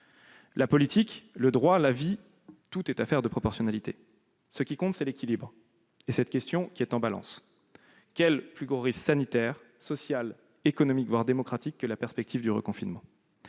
La politique, le droit, la vie, tout est affaire de proportions. Ce qui compte, c'est l'équilibre. Telle est la question en balance : y a-t-il un plus grand risque sanitaire, social, économique, voire démocratique que la perspective du reconfinement ?